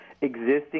existing